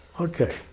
Okay